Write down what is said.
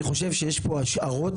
אני חושב שיש פה השערות,